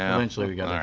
eventually we got it.